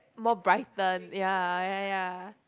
more brighten ya ya ya